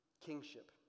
kingship